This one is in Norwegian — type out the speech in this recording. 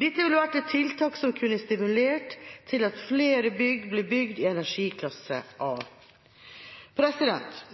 Dette ville vært et tiltak som kunne stimulert til at flere bygg ble bygd i energiklasse A.